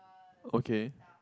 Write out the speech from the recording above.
okay